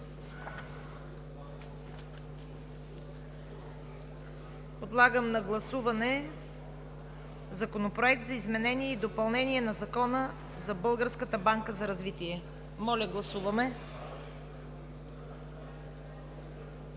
Подлагам на гласуване Законопроекта за изменение и допълнение на Закона за Българската